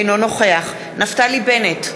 אינו נוכח נפתלי בנט,